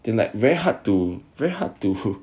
then like very hard to very hard to